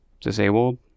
disabled